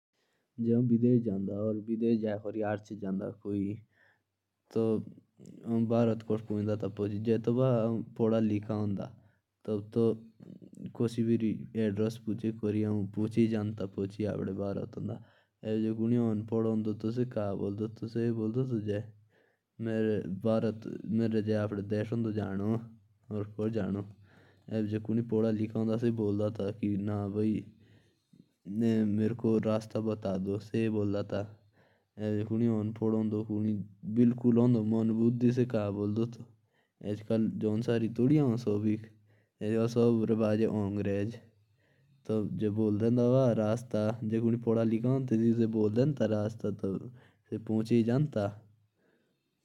अगर मे बिदेश में खो जाता। तो मे वहा से अगर कोई मुझे मिलता तो मे उससे पूछता कि अपने देश का रास्ता।